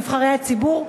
נבחרי הציבור,